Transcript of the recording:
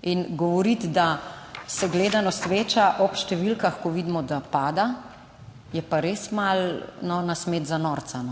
In govoriti, da se gledanost veča, ob številkah, ko vidimo, da pada, je pa res malo nas imeti za norca.